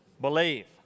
Believe